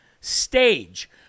stage